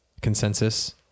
consensus